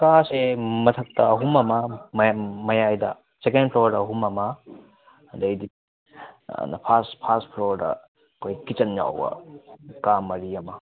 ꯀꯥꯁꯦ ꯃꯊꯛꯇ ꯑꯍꯨꯝ ꯑꯃ ꯃꯌꯥꯏꯗ ꯁꯦꯀꯦꯟ ꯐ꯭ꯂꯣꯔꯗ ꯑꯍꯨꯝ ꯑꯃ ꯑꯗꯩꯗꯤ ꯐꯥꯔꯁ ꯐꯥꯔꯁ ꯐ꯭ꯂꯣꯔꯗ ꯑꯩꯈꯣꯏ ꯀꯤꯆꯟ ꯌꯥꯎꯕ ꯀꯥ ꯃꯔꯤ ꯑꯃ